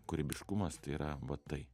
kūrybiškumas tai yra va tai